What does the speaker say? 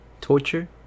torture